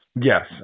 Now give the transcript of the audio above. Yes